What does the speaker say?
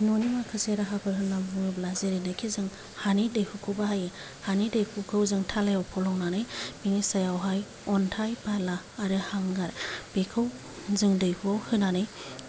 न'नि माखासे राहाफोर होनना बुङोब्ला जेरैनोखि जों हानि दैहुखौ बाहायो हानि दैहुखौ थालायाव फलंनानै बेनि सायावहाय अन्थाइ बाला आरो हांगार बेखौ जों दैहुआव होनानै